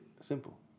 Simple